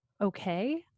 okay